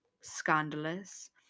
scandalous